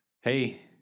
Hey